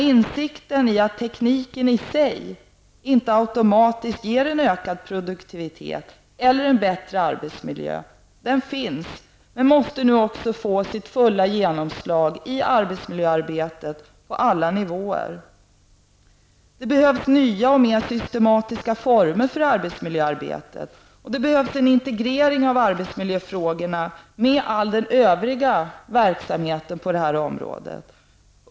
Insikten om att tekniken i sig inte automatiskt ger en ökad produktivitet eller en bättre arbetsmiljö finns redan och måste nu också få fullt genomslag i arbetsmiljöarbetet på alla nivåer. Det behövs nya mer systematiska former för arbetsmiljöarbetet och en integrering av arbetsmiljöfrågorna med hela den övriga verksamheten i dess helhet.